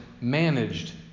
managed